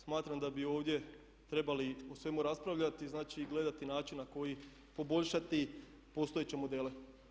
Smatram da bi ovdje trebali o svemu raspravljati, znači i gledati način na koji poboljšati postojeće modele.